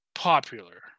popular